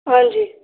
ਹਾਂਜੀ